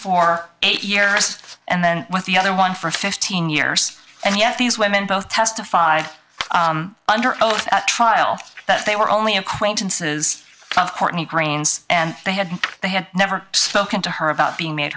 for eight year wrist and then with the other one for fifteen years and yet these women both testified under oath at trial that they were only acquaintances of courtney grains and they had they had never spoken to her about